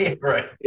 Right